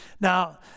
Now